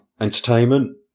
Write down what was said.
entertainment